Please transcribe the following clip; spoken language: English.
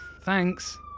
Thanks